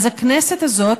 אז הכנסת הזאת,